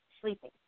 sleeping